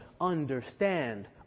understand